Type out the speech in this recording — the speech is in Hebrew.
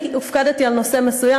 אני הופקדתי על נושא מסוים,